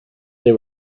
they